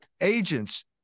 agents